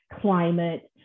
climate